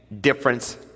difference